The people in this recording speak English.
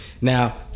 Now